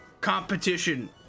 competition